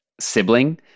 sibling